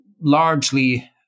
largely